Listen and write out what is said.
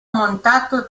montato